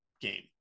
game